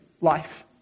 life